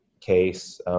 case